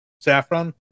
Saffron